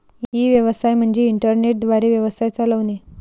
E व्यवसाय म्हणजे internet द्वारे व्यवसाय चालवणे